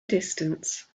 distance